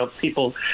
people